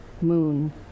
moon